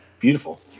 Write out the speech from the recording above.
Beautiful